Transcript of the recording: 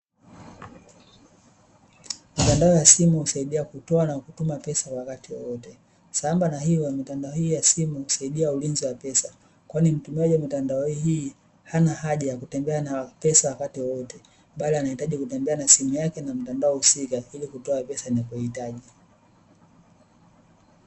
Mitandao ya simu husaidia kutoa na kutuma pesa wakati wowote, sambamba na hio mitandao hii ya simu husaidia ulinzi wa pesa. Kwani mtumiaji wa mitandao hii hana haja ya kutembea na pesa wakati wowote, bali anahitaji kutembea na simu yake na mtandao husika, ili kutoa pesa anapohitaji.